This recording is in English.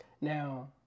Now